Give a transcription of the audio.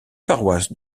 paroisse